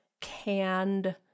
canned